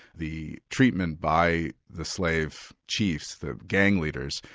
the treatment by the slave chiefs, the gang leaders,